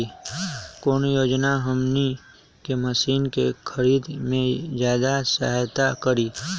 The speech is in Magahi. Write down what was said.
कौन योजना हमनी के मशीन के खरीद में ज्यादा सहायता करी?